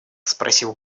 спросил